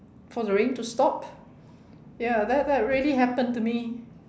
for the rain to stop ya that that really happened to me